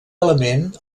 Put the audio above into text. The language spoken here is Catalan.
element